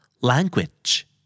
Language